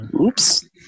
oops